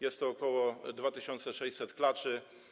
Jest to ok. 2600 klaczy.